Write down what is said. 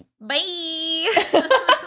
Bye